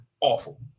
awful